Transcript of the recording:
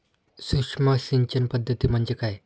सूक्ष्म सिंचन पद्धती म्हणजे काय?